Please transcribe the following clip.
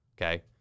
Okay